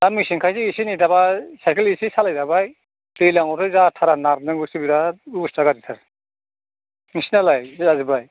दा मेसेंखायसो एसे एनै नै दा सायकेल एसे सालाय जाबाय दैज्लाङावथ' जाथारा नारनांगौसो बेराद अबस्था गाज्रिथार नोंसोरनियालाय जाजोब्बाय